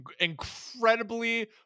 incredibly